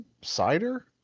cider